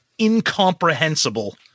incomprehensible